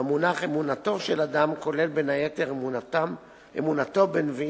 והמונח "אמונתו של אדם" כולל בין היתר את אמונתו בנביאים